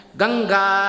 Ganga